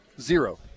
Zero